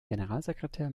generalsekretär